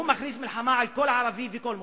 מכריז מלחמה על כל ערבי וכל מוסלמי.